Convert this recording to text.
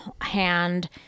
hand